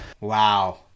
Wow